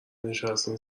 نشستین